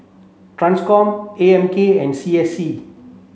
TRANSCOM A M K and C S C